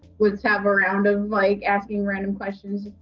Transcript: let's have a round of like asking random questions